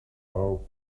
pau